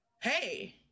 Hey